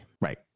right